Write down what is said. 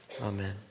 amen